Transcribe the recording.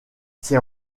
ses